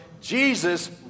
Jesus